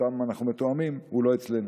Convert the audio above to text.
איתם אנחנו מתואמים, הוא לא אצלנו.